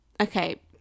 Okay